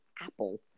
apple